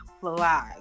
flag